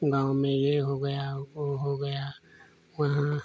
गाँव में यह हो गया वह हो गया वहाँ